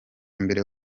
mbere